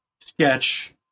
sketch